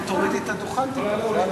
פשוט תורידי את הדוכן טיפה.